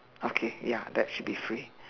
okay ya that should be free